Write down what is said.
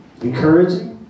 encouraging